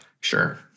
sure